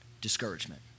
Discouragement